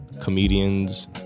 comedian's